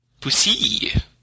Pussy